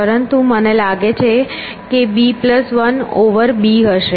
પરંતુ મને લાગે છે કે b1 ઓવર b હશે